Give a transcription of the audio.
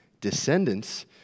descendants